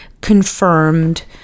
confirmed